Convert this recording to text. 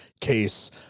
case